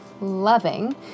loving